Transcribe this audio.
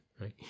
right